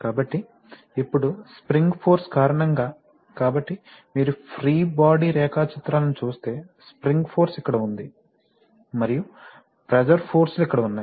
కాబట్టి ఇప్పుడు spring force కారణంగా కాబట్టి మీరు ఫ్రీ బాడీ రేఖాచిత్రాలను చూస్తే స్ప్రింగ్ ఫోర్స్ ఇక్కడ ఉంది మరియు ప్రెషర్ ఫోర్స్ లు ఇక్కడ ఉన్నాయి